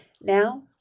Now